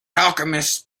alchemist